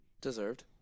Deserved